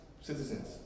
citizens